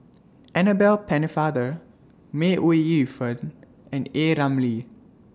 Annabel Pennefather May Ooi Yu Fen and A Ramli